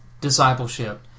discipleship